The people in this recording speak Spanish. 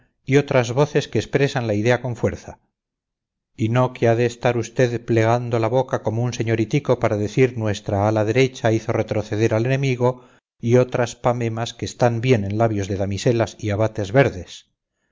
y otras voces que expresan la idea con fuerza y no que ha de estar usted plegando la boca como un señoritico para decir nuestra ala derecha hizo retroceder al enemigo y otras pamemas que están bien en labios de damiselas y abates verdes